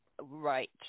Right